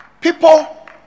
People